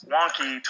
Wonky